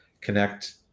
connect